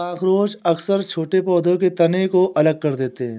cockroach अक्सर छोटे पौधों के तनों को अलग कर देते हैं